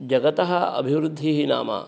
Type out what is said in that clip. जगतः अभिवृद्धिः नाम